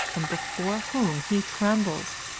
and before whom he trembles.